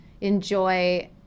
enjoy